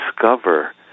discover